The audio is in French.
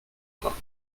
pas